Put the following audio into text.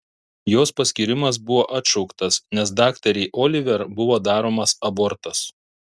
jos paskyrimas buvo atšauktas nes daktarei oliver buvo daromas abortas